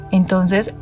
entonces